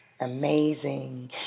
Amazing